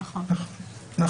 נכון?